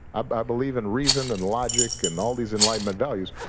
i believe in reason and logic and all these enlightenment values.